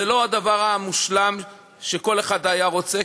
זה לא הדבר המושלם שכל אחד היה רוצה.